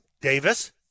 Davis